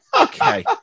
Okay